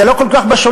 זה לא כל כך בשוליים,